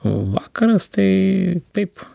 vakaras tai taip